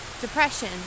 depression